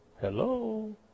Hello